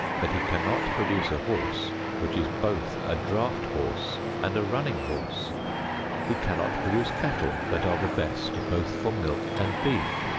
but he cannot produce a horse which is both a draft horse and a running horse he cannot produce cattle that are the best both for milk and beef.